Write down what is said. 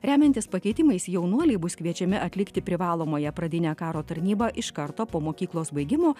remiantis pakeitimais jaunuoliai bus kviečiami atlikti privalomąją pradinę karo tarnybą iš karto po mokyklos baigimo